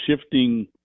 shifting